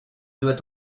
doit